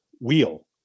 wheel